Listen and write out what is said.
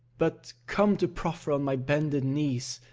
but come to proffer on my bended knees,